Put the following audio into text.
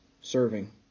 serving